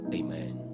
amen